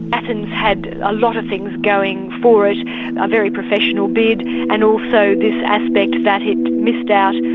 athens had a lot of things going for it a very professional bid and also this aspect that it missed out,